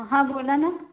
हां बोला ना